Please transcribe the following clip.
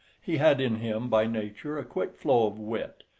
he had in him by nature a quick flow of wit,